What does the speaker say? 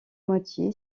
moitié